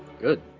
Good